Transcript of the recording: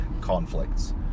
conflicts